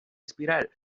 espiral